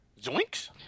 Zoinks